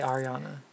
Ariana